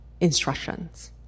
instructions